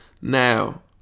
Now